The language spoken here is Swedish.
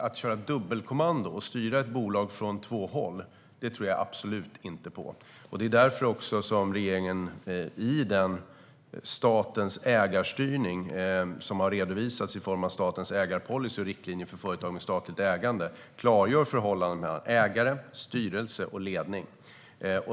Att köra dubbelkommando och styra ett bolag från två håll tror jag absolut inte på. Det är också därför som regeringen i det som har redovisats i form av Statens ägarpolicy och riktlinjer för företag med statligt ägande klargör förhållandena mellan ägare, styrelse och ledning.